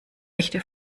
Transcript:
echte